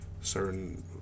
certain